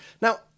Now